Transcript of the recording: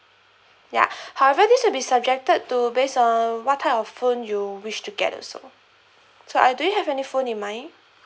ya however this will be subjected to based on what type of phone you wish to get also so uh do you have any phone in mind